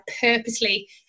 purposely